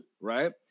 right